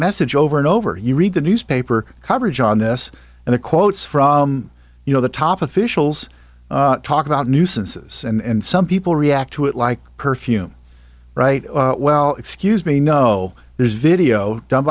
message over and over you read the newspaper coverage on this and the quotes from you know the top officials talk about nuisances and some people react to it like perfume right well excuse me no there's video d